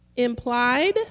Implied